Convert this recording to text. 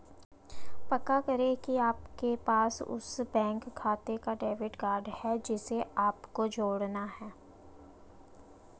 पक्का करें की आपके पास उस बैंक खाते का डेबिट कार्ड है जिसे आपको जोड़ना है